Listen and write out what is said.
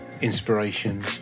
inspiration